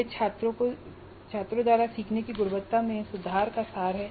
यह छात्रों द्वारा सीखने की गुणवत्ता में सुधार का सार है